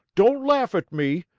don't laugh at me!